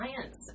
science